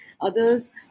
Others